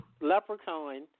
Leprechaun